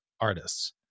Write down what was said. artists